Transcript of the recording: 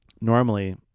normally